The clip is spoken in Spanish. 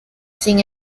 sin